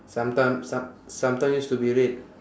sometime some~ sometime used to be red